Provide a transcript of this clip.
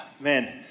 man